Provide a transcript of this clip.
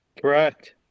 Correct